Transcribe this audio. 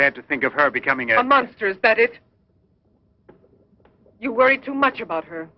bear to think of her becoming a monster is that it you worry too much about her